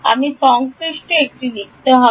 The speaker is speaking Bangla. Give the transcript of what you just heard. আমি সংশ্লিষ্ট একটি লিখতে হবে